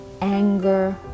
anger